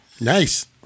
Nice